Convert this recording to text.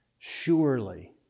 surely